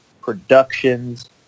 productions